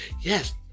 Yes